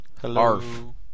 Hello